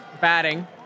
batting